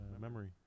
memory